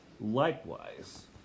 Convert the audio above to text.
Likewise